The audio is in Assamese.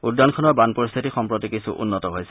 উদ্যানখনৰ বান পৰিস্থিতি সম্প্ৰতি কিছু উন্নত হৈছে